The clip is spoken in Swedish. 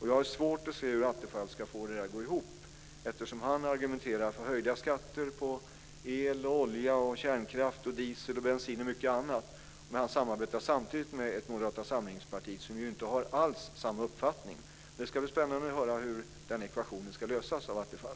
Jag har svårt att se hur Attefall ska få det att gå ihop eftersom han argumenterar för höjda skatter på el, olja, kärnkraft, diesel, bensin och mycket annat samtidigt som han samarbetar med Moderata samlingspartiet som inte alls har samma uppfattning. Det ska bli spännande att höra hur den ekvationen ska lösas av Attefall.